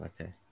Okay